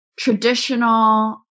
traditional